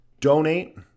donate